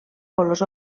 colors